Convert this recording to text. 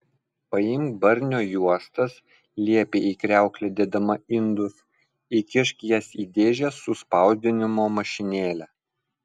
paimk barnio juostas liepė į kriauklę dėdama indus įkišk jas į dėžę su spausdinimo mašinėle